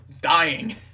dying